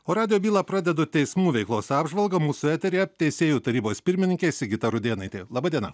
o radijo bylą pradedu teismų veiklos apžvalga mūsų eteryje teisėjų tarybos pirmininkė sigita rudėnaitė laba diena